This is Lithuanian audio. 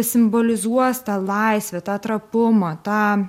simbolizuos tą laisvę tą trapumą tą